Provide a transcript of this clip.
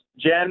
Jen